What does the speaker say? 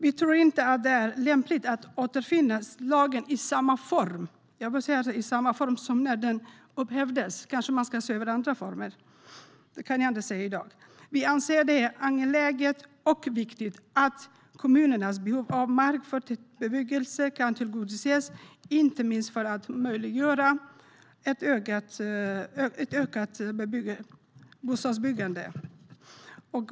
Vi tror inte att det är lämpligt att återinföra lagen i samma form den hade när den upphävdes. Man kanske ska se över andra former; det kan jag inte säga i dag. Vi anser att det är angeläget och viktigt att kommunernas behov av mark för tätbebyggelse kan tillgodoses, inte minst för att möjliggöra ett ökat bostadsbyggande.